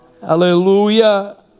Hallelujah